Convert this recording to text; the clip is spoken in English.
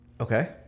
Okay